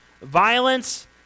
violence